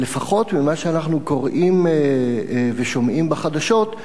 אבל לפחות ממה שאנחנו קוראים ושומעים בחדשות,